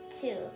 two